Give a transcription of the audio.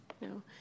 No